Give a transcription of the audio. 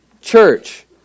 church